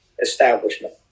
establishment